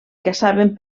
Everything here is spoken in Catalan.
caçaven